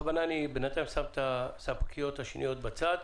אני בכוונה בינתיים שם את הספקיות האחרות בצד.